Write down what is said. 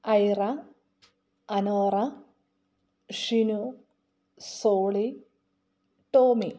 Aira Anora Shinu Soly Tomy